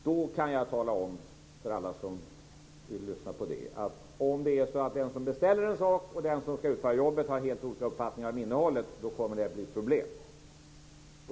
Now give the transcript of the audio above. Då kan jag tala om för alla som vill lyssna att om den som beställer en sak och den som ska utföra jobbet har helt olika uppfattningar om innehållet, då kommer det att bli problem.